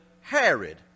Herod